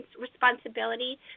responsibility